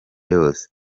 yose